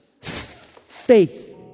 Faith